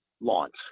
launch